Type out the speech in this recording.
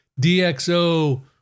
DxO